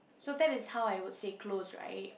so that is how I would say close right